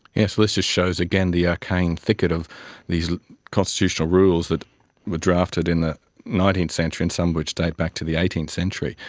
yes, well this just shows again the arcane thicket of these constitutional rules that were drafted in the nineteenth century and some which date back to the eighteenth century.